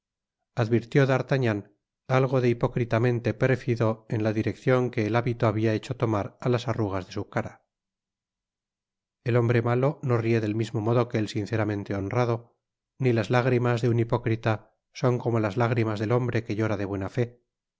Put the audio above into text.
advirtió d'artagnan algo de hipócritamente pérfido en la direccion que el hábito habia hecho tomar á las arrugas de su cara el hombre malo no ríe del mismo modo que el sinceramente honrado ni las lágrimas de un hipócrita son como las lágrimas del hombre que llora de buena fe